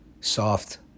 Soft